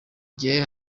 gihe